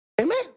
Amen